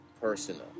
personal